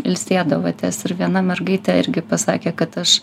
ilsėdavotės ir viena mergaitė irgi pasakė kad aš